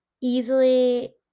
easily